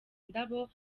indabo